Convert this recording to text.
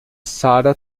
sarah